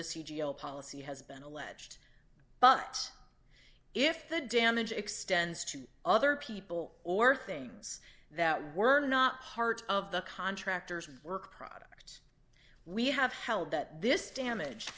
geo policy has been alleged but if the damage extends to other people or things that were not part of the contractor's work product we have held that this damage